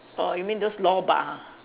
err you mean those lor-bak ah